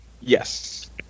Yes